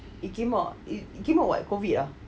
it came out it it came out what COVID ah